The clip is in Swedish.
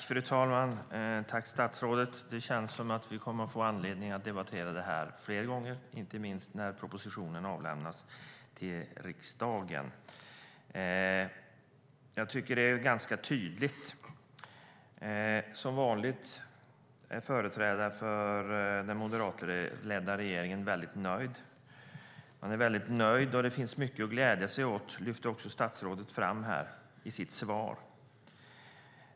Fru talman! Tack, statsrådet! Det känns som om vi kommer att få anledning att debattera den här frågan fler gånger, inte minst när propositionen avlämnas till riksdagen. Det är ganska tydligt att en företrädare för den moderatledda regeringen som vanligt är väldigt nöjd. Det finns mycket att glädja sig åt vilket statsrådet också lyfter fram i sitt svar.